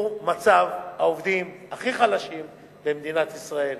מצב העובדים הכי חלשים במדינת ישראל.